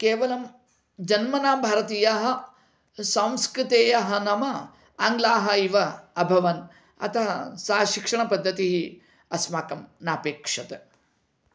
केवलं जन्मना भारतीयाः संस्कृतेयाः नाम आङ्ग्लाः इव अभवन् अतः सा शिक्षणपद्धत्तिः अस्माकं नापेक्षते